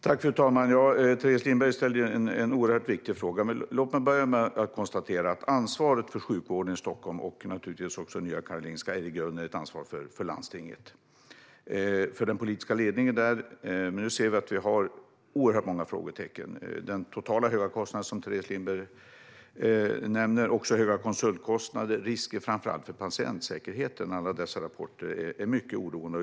Fru talman! Teres Lindberg ställde en oerhört viktig fråga. Låt mig börja med att konstatera att ansvaret för sjukvården i Stockholm, och naturligtvis också Nya Karolinska, i grunden är ett ansvar för den politiska ledningen i landstinget. Nu finns oerhört många frågetecken. Den totala höga kostnad som Teres Lindberg nämner, också höga konsultkostnader, och alla dessa rapporter om risker för patientsäkerheten är mycket oroande.